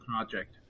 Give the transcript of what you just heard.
project